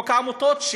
חוק העמותות,